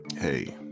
hey